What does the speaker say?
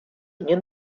nie